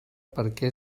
perquè